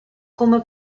come